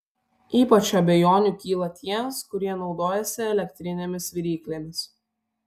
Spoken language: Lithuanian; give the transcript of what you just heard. ypač abejonių kyla tiems kurie naudojasi elektrinėmis viryklėmis